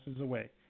away